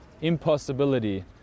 impossibility